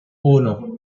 uno